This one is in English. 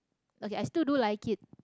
okay I still do like it